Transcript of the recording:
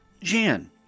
Jan